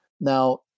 Now